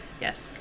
Yes